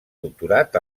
doctorat